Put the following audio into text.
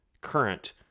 current